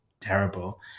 terrible